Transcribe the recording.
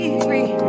free